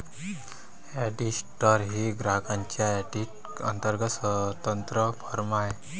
auditor ही ग्राहकांच्या audit अंतर्गत स्वतंत्र फर्म आहे